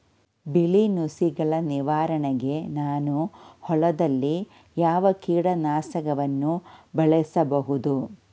ಬಿಳಿ ನುಸಿಗಳ ನಿವಾರಣೆಗೆ ನಾನು ಹೊಲದಲ್ಲಿ ಯಾವ ಕೀಟ ನಾಶಕವನ್ನು ಬಳಸಬಹುದು?